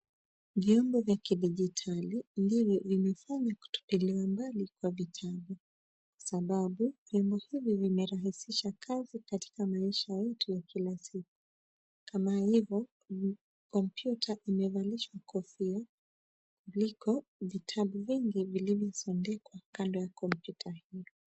Vyombo vya kidijitali ndivyovimefanya kutupiliwa mbali kwa vitabu kwa sababu vyombo hivi vimerahisisha kazi katika maisha yetu ya kila siku. Kama hivyo kompyuta imevalishwa kofia. Viko vitabu vingi vilivyosundika kando ya kompyuta hio.